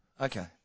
Okay